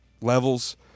levels